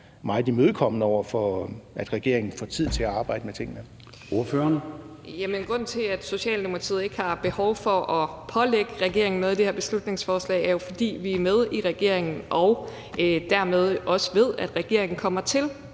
Gade): Ordføreren. Kl. 13:25 Anne Paulin (S): Jamen grunden til, at Socialdemokratiet ikke har behov for at pålægge regeringen noget fra det her beslutningsforslag, er jo, at vi er med i regeringen og dermed også ved, at regeringen kommer til